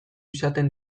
izaten